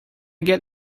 get